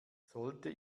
sollte